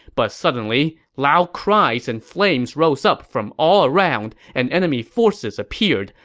but suddenly, loud cries and flames rose up from all around, and enemy forces appeared,